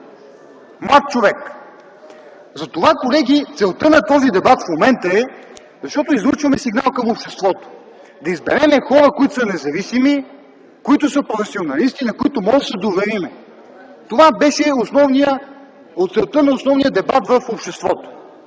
Млад човек. Затова, колеги, целта на този дебат в момента е, защото излъчваме сигнал към обществото, да изберем хора, които са независими, които са професионалисти, на които можем да се доверим. Това беше целта на основния дебат в обществото.